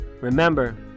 Remember